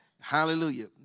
Hallelujah